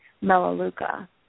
Melaleuca